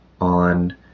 on